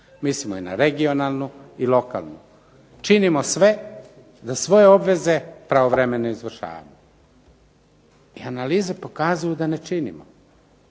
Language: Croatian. mislimo i na regionalnu i lokalnu, činimo sve da svoje obveze pravovremeno izvršavamo. I analize pokazuju da ne činimo.